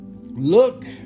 Look